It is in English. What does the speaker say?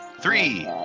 Three